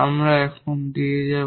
আমরা এখন দিয়ে যাব